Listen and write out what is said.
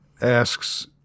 asks